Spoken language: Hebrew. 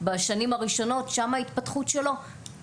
כי ההתפתחות שלו קורית בשנים הראשונות.